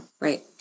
Right